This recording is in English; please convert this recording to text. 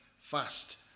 fast